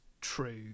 true